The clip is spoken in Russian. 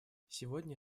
сегодня